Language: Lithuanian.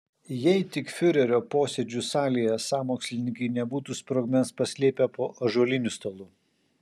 jei tik fiurerio posėdžių salėje sąmokslininkai nebūtų sprogmens paslėpę po ąžuoliniu stalu